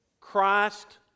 Christ